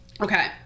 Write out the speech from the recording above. Okay